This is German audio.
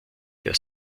der